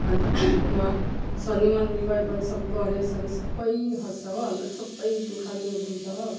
अन्त उहाँ शनि मन्दिर गयो भने सब ग्रहस्रह सबै हट्छ हो अन्त सबै दुःख दुर हुन्छ हो